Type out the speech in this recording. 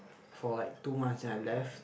for like two months then I left